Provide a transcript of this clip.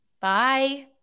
Bye